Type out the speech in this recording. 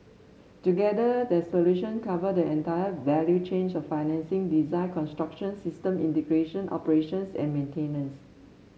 together their solution cover the entire value chain of financing design construction system integration operations and maintenance